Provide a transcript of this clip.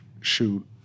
Shoot